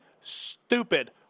stupid